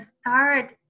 start